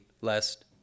lest